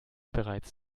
bereits